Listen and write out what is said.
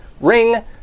ring